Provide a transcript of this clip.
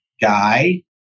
guy